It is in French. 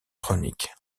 chronique